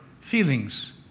feelings